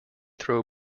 throw